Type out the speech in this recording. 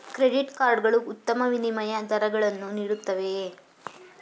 Credit card ಗಳು ಉತ್ತಮ ವಿನಿಮಯ ದರಗಳನ್ನು ನೀಡುತ್ತವೆಯೇ?